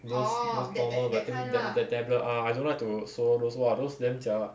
those those normal vitamin tab~ that tablet ah I don't like to swallow those !wah! those damn jialat